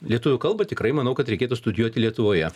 lietuvių kalbą tikrai manau kad reikėtų studijuoti lietuvoje